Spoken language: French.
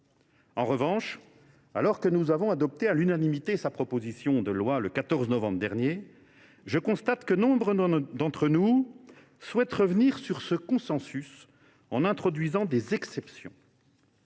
En revanche, alors que nous avons adopté à l’unanimité sa proposition de loi le 14 novembre dernier, je constate que nombre d’entre nous souhaitent revenir sur ce consensus en introduisant des exceptions.